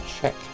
check